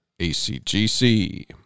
ACGC